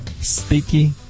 Sticky